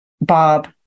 Bob